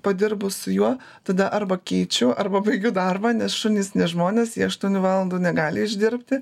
padirbu su juo tada arba keičiu arba baigiu darbą nes šunys ne žmonės jie aštuonių valandų negali išdirbti